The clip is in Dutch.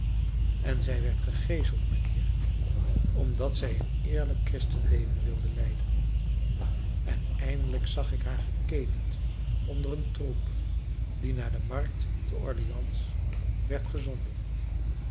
en zij werd gegeeseld mijnheer omdat zij een eerlijk christenleven wilde leiden en eindelijk zag ik haar geketend onder een troep die naar de markt te orleans werd gezonden